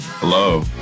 Hello